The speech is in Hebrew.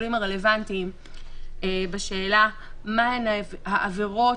השיקולים הרלוונטיים בשאלה מהן העבירות,